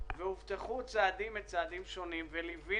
נתנו